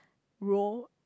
role